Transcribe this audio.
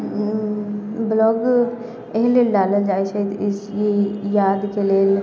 blog एहि लेल डालल जाइ छै यादके लेल